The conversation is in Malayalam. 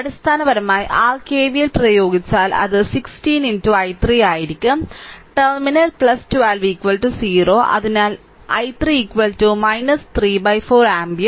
അടിസ്ഥാനപരമായി r KVL പ്രയോഗിച്ചാൽ അത് 16 i3 ആയിരിക്കും ടെർമിനൽ 12 0 അതിനാൽ i3 34 ആമ്പിയർ